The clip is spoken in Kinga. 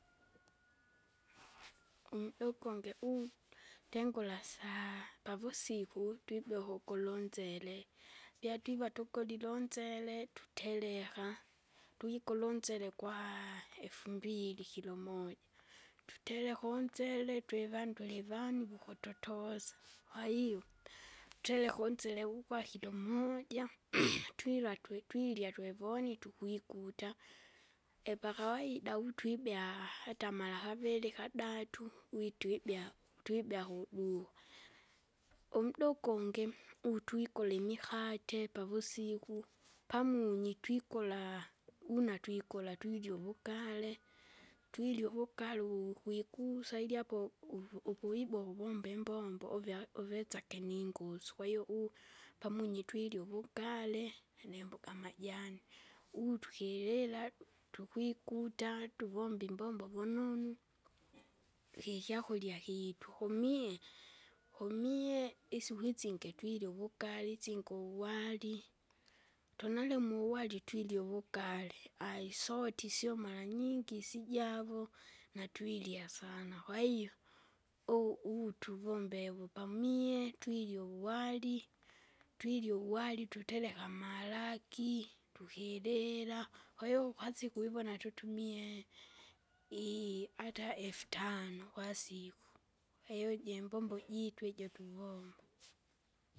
Undukungi u- tengura saa pavusiku, twibea ukukulunsere, pyatwiva tukolile unsele, tutereka, twikulu unsele kwaa efumbili kilo moja. Tutereka unsere, twivandule ivani, vikututosa, kwahiyo, tutereka unsere ukwakilo moja twila twe twilya twevoni tukwikuta. Epakawaida utwibea, hata marakaviri kadatu, witwibea, twibea kuduka, umda ukungi, utwikola imikate, pavusiku. Pamunyi twikola, una twikola twirya uvugale, twirya uvugale wuukwikusa, ili apo u- ukuwiboa uvumbe imbombo uvea uvitsake ningusu, kwahiyo u- pamunyi twilya uvugale, nimboka amajani. Utukilila, tukwikuta, tuvomba imbombo vunonu, ikyakurya kiitu tukumie, kumie isiku isingi twirya uvugare, isinge uwari. Tanalimo uwari twurya uvugare, aisoti sio maranyingi sijavo, natwirya sana, kwahiyo, u- utuvombe uvupamie twirya uwari. Twirya uwari tutereka amaraki, tukilila, kwahiyo ukasi kwivona tutumie, i- ata efutano kwasiku. Kwahiyo jimbombo jiitu ijo twivomba.